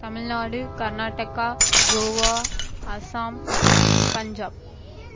Tamil Nadu Karnataka Goa Assam Punjab